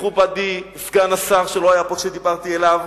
מכובדי סגן השר, שלא היה פה כשדיברתי אליו,